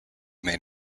may